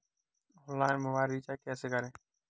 Online mobile recharge कैसे करें?